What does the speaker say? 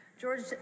George